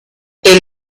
till